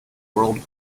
world